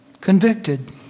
convicted